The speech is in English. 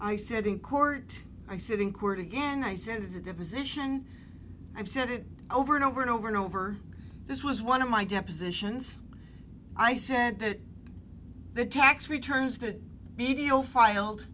i said in court i sit in court again i send the deposition and sent it over and over and over and over this was one of my depositions i said that the tax returns could be deal filed